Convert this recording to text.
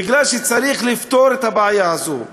מפני שצריך לפתור את הבעיה הזו.